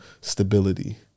stability